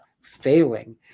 failing